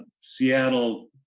Seattle